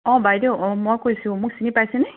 অ বাইদেউ অ মই কৈছোঁ মোক চিনি পাইছেনে